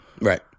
Right